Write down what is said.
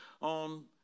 on